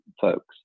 folks